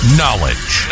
knowledge